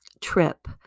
trip